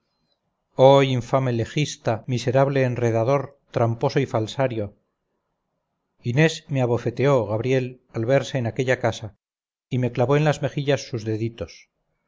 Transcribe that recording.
oh infame legista miserable enredador tramposo y falsario inés me abofeteó gabriel al verse en aquella casa y me clavó en las mejillas sus deditos